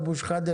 אבו שחאדה,